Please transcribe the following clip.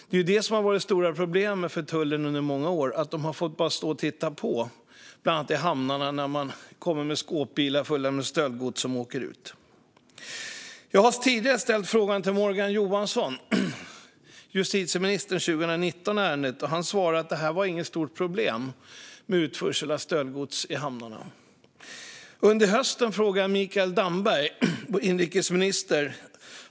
Det som har varit det stora problemet för tullen under många år är ju att de bara har fått stå och titta på, bland annat i hamnarna, när man åkt ut med skåpbilar fulla med stöldgods. Jag ställde frågan i ärendet till Morgan Johansson, justitieministern, 2019. Han svarade att utförsel av stöldgods i hamnarna inte var något stort problem. Under hösten ställde jag frågan jag Mikael Damberg, inrikesministern.